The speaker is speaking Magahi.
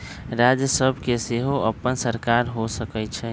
राज्य सभ के सेहो अप्पन सरकार हो सकइ छइ